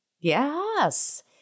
Yes